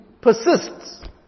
persists